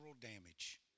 damage